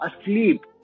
asleep